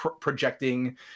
projecting